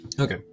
Okay